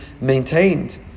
maintained